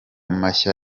mashya